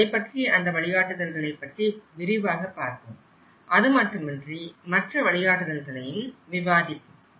அதைப்பற்றி அந்த வழிகாட்டுதல்களை பற்றி விரிவாக பார்ப்போம் அதுமட்டுமன்றி மற்ற வழிகாட்டுதல்களையும் விவாதிப்போம்